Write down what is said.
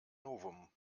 novum